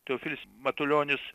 teofilius matulionis